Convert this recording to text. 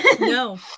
no